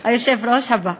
עם היושב-ראש הבא.